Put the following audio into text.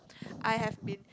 I have been